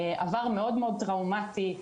עבר מאוד טראומתי,